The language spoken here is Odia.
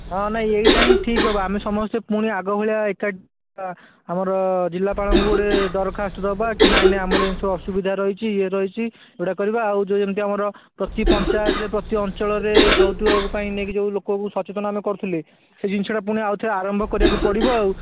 ହଁ ନାଇଁ ଏଇଟା ହିଁ ଠିକ ହେବ ଆମେ ସମସ୍ତେ ପୁଣି ଆଗ ଭଳିଆ ଏକାଠି ଆମର ଜିଲ୍ଲାପାଳଙ୍କୁ ଗୋଟିଏ ଦରଖାସ୍ତ ଦେବା କି ନାଇଁ ନାଇଁ ଆମର ଏମିତି ସବୁ ଅସୁବିଧା ରହିଛି ଇଏ ରହିଛି ଏଇଟା କରିବା ଆଉ ଯେଉଁ ଯେମିତି ସେହି ଜିନିଷଟା ପୁଣି ଆଉ ଥରେ ଆରମ୍ଭ କରିବାକୁ ପଡ଼ିବ ଆଉ